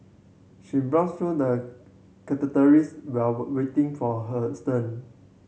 she browsed through the while waiting for hers turn